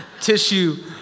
tissue